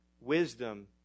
wisdom